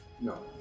No